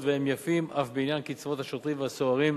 והם יפים אף בעניין קצבאות השוטרים והסוהרים,